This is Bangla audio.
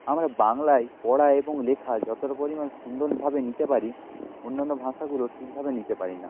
আমরা বাংলায় পড়া এবং লেখা যতোটা পরিমাণ সুন্দরভাবে নিতে পারি অন্যান্য ভাষাগুলো ঠিকভাবে নিতে পারি না